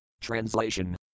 Translation